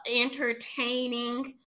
entertaining